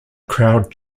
crowd